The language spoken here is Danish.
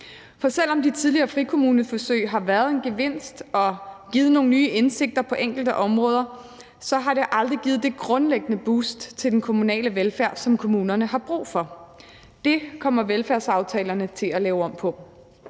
med. Selv om de tidligere frikommuneforsøg har været en gevinst og givet nogle nye indsigter på enkelte områder, har det aldrig givet det grundlæggende boost til den kommunale velfærd, som kommunerne har brug for. Der kommer velfærdsaftalerne til at lave om på.